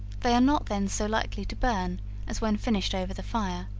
they are not then so likely to burn as when finished over the fire,